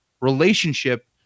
relationship